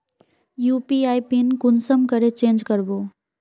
UPI PIN कुंसम करे change करबो?